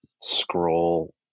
scroll